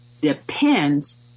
depends